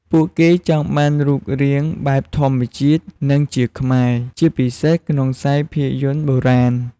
ពួកគេចង់បានរូបរាងបែបធម្មជាតិ និងជាខ្មែរ ជាពិសេសក្នុងខ្សែភាគយន្តបុរាណ។